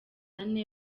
ane